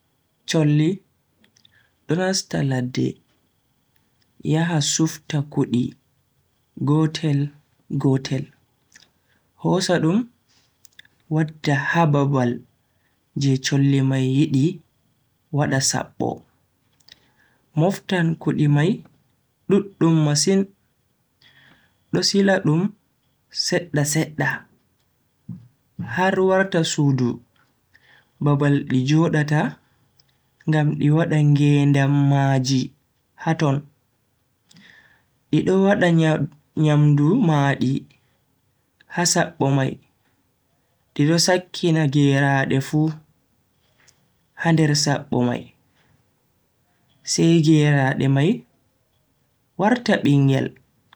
cholli do nasta ladde, yaha sufta kudi gotel-gotel, hosa dum wadda ha babal je cholli mai yidi wada sabbo, moftan kudi mai duddum masin do sila dum sedda sedda har warta sudu babal di jodata ngam di wada ngedam maaji haton. di do wadda nyamdu maadi ha sappo mai di do sakkina geraade fu ha nder sabbo mai sai geraade mai warta bingel.